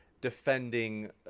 defending